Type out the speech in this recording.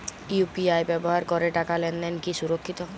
UPI ব্যবহার করে টাকা লেনদেন কি সুরক্ষিত?